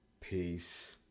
Peace